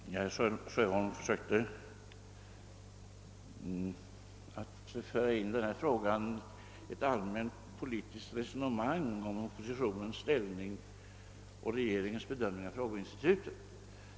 Herr talman! Herr Sjöholm försökte nu att föra in denna fråga i ett allmänt politiskt resonemang om oppositionens och regeringens bedömning av frågeinstitutet.